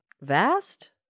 vast